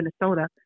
Minnesota